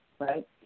right